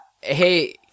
Hey